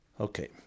Okay